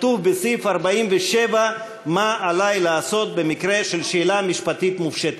כתוב בסעיף 47 מה עלי לעשות במקרה של שאלה משפטית מופשטת.